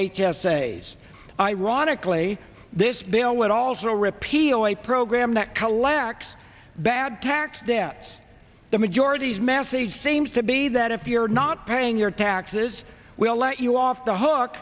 as ironically this bill would also repeal i program that collects bad tax debts the majority's message seems to be that if you're not paying your taxes we'll let you off the hook